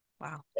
Wow